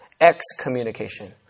excommunication